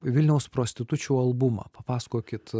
vilniaus prostitučių albumą papasakokit